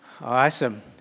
Awesome